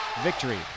victory